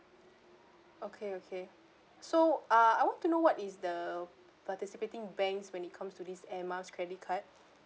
okay okay so ah I want to know what is the participating banks when it comes to this air miles credit card